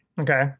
Okay